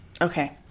okay